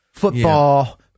Football